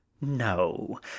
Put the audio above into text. no